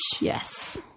Yes